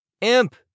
Imp